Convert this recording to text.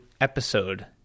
episode